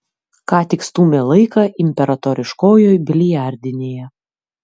ką tik stūmė laiką imperatoriškojoj biliardinėje